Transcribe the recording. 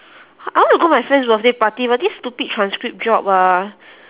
I want to go my friend's birthday party but this stupid transcript job ah